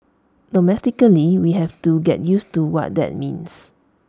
domestically we have to get used to what that means